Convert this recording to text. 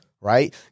right